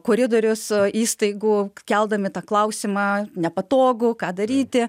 koridorius įstaigų keldami tą klausimą nepatogu ką daryti